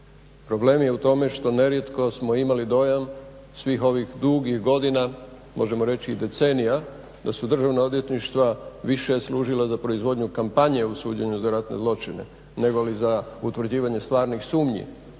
Problem je u tome što nerijetko smo imali dojam svih ovih dugih godina, možemo reći i decenija da su državna odvjetništva više služila za proizvodnju kampanje u suđenju za ratne zločine, negoli za utvrđivanje stvarnih sumnji